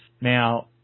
now